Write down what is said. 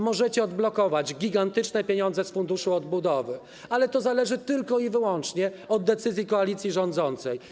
Możecie odblokować gigantyczne pieniądze z Funduszu Odbudowy, ale to zależy tylko i wyłącznie od decyzji koalicji rządzącej.